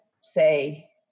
say